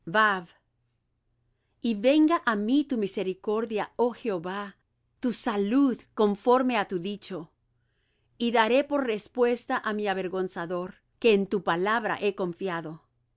y venga á mí tu misericordia oh jehová tu salud conforme á tu dicho y daré por respuesta á mi avergonzador que en tu palabra he confiado